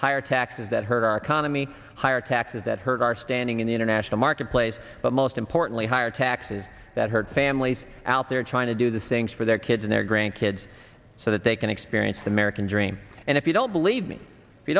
higher taxes that hurt our economy higher taxes that hurt our standing in the international marketplace but most importantly higher taxes that hurt families out there trying to do the things for their kids and their grandkids so that they can experience the american dream and if you don't believe me if you